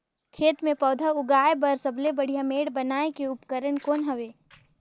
खेत मे पौधा उगाया बर सबले बढ़िया मेड़ बनाय के उपकरण कौन हवे?